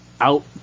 out